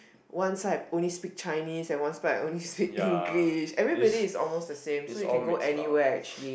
one side only speak Chinese and one side only speak English everybody is almost the same so you can go anywhere actually